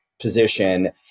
position